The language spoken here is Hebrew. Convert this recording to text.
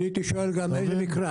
אני הייתי שואל גם איזה מקרה.